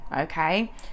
okay